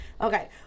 okay